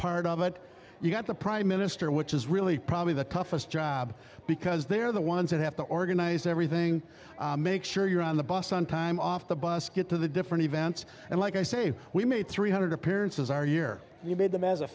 it you got the prime minister which is really probably the toughest job because they're the ones that have to organize everything make sure you're on the bus on time off the bus get to the different events and like i say we made three hundred appearances our year you made them as a